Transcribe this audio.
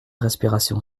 respiration